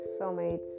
soulmates